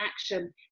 action